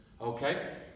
okay